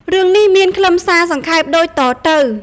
រឿងនេះមានខ្លឹមសារសង្ខេបដូចតទៅ។